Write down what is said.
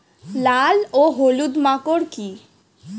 লাল ও হলুদ মাকর কী?